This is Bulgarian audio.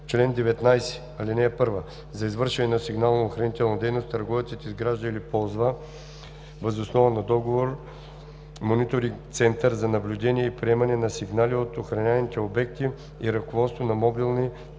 Чл. 19. (1) За извършване на сигнално-охранителна дейност търговецът изгражда или ползва въз основа на договор мониторинг-център за наблюдение и приемане на сигнали от охраняваните обекти и ръководство на мобилните